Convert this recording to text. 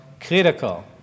critical